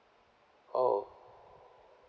oh